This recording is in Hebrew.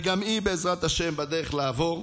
וגם היא, בעזרת השם, בדרך לעבור,